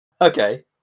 Okay